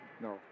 No